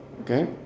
okay